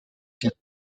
get